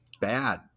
bad